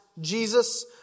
Jesus